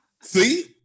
See